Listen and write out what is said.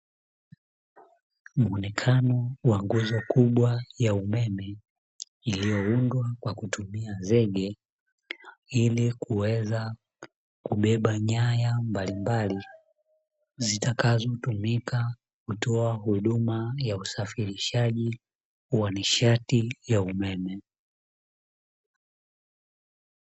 Muonekano wa nguzo kubwa ya umeme, iliyoundwa kwa kutumia zege ili kuweza kubeba nyaya mbalimbali, zitakazotumika kutoa huduma ya usafirishaji wa nishati ya umeme.